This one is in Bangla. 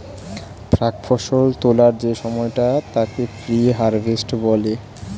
প্রাক্ ফসল তোলার যে সময়টা তাকে প্রি হারভেস্ট বলে